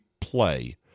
play